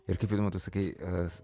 ir kaip tu sakei